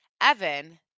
Evan